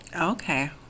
Okay